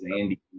andy